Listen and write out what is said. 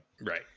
right